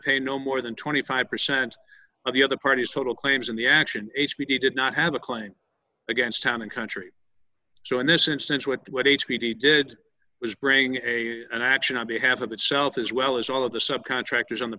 pay no more than twenty five percent of the other party's total claims in the action h p d did not have a claim against time in country so in this instance what h p d did was bring a an action on behalf of itself as well as all of the subcontractors on the